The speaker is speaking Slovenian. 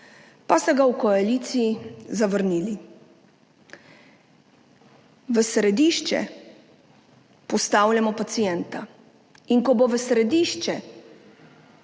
pa ste ga v koaliciji zavrnili. V središče postavljamo pacienta. Ko bo v središče